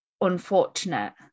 unfortunate